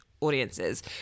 audiences